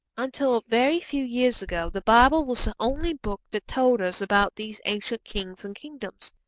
until a very few years ago the bible was the only book that told us about these ancient kings and kingdoms.